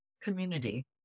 community